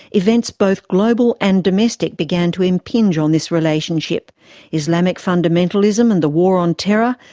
events both global and domestic began to impinge on this relationship islamic fundamentalism and the war on terror,